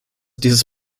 dieses